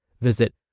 Visit